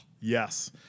Yes